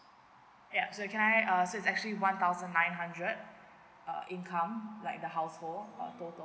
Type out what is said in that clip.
ya so can I err so is actually one thousand nine hundred uh income like the household uh total